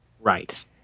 Right